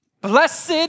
Blessed